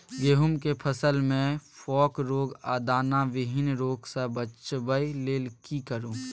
गेहूं के फसल मे फोक रोग आ दाना विहीन रोग सॅ बचबय लेल की करू?